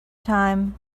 time